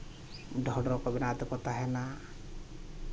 ᱰᱷᱚᱸᱰᱚᱨ ᱵᱮᱱᱟᱣ ᱛᱮᱠᱚ ᱛᱟᱦᱮᱱᱟ